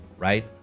Right